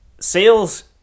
sales